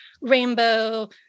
rainbow